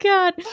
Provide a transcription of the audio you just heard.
God